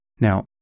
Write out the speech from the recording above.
Now